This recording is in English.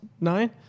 nine